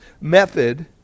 method